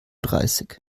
dreißig